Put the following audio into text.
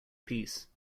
peace